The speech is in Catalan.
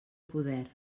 poder